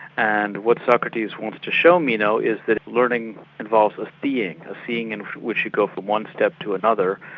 and what socrates wanted to show meno is that learning involves a seeing, a seeing and which you go from one step to another,